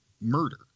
murder